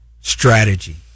strategy